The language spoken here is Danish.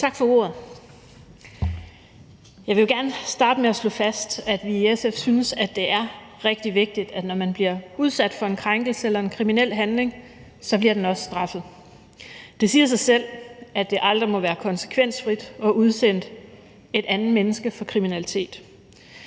Tak for ordet. Jeg vil jo gerne starte med at slå fast, at vi i SF synes, at det er rigtig vigtigt, når man bliver udsat for en krænkelse eller en kriminel handling, at den så også bliver straffet. Det siger sig selv, at det aldrig må være konsekvensfrit at udsætte et andet menneske for kriminalitet.